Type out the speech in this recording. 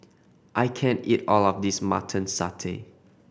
I can't eat all of this Mutton Satay